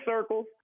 circles